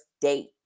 date